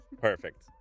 Perfect